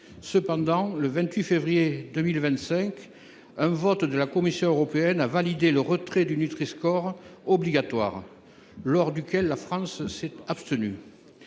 Cependant, le 28 février 2025, un vote de la Commission européenne a validé le retrait du Nutri score obligatoire ; à cette occasion, la France s’est abstenue.